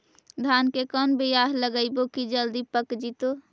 धान के कोन बियाह लगइबै की जल्दी पक जितै?